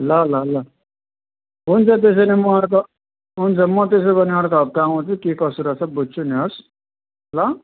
ल ल ल हुन्छ त्यसो भनि म अर्को हुन्छ म त्यसो भनि अर्को हप्ता आउँछु के कसो रहेछ बुझ्छु नि हवस् ल